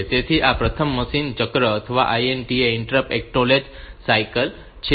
તેથી આ પ્રથમ મશીન ચક્ર અથવા INTA ઇન્ટરપ્ટ એક્નોલેજમેન્ટ સાઇકલ છે